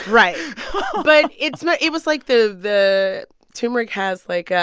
right but it's it was like the the turmeric has, like, ah